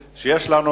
פה.